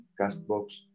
CastBox